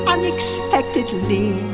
Unexpectedly